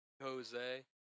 Jose